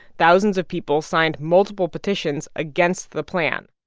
thousands of people signed multiple petitions against the plan.